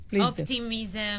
optimism